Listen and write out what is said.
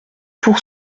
pour